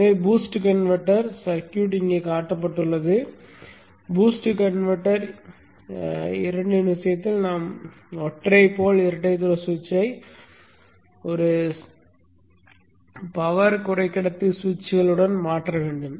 எனவே boost converter circuit இங்கே காட்டப்பட்டுள்ளது பூஸ்ட் கன்வெர்ட்டர் இரண்டின் விஷயத்தில் நாம் ஒற்றை போல் இரட்டை த்ரோக்கள் சுவிட்சை பவர் குறைக்கடத்தி சுவிட்சுகளுடன் மாற்ற வேண்டும்